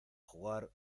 jugar